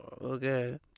okay